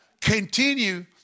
continue